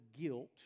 guilt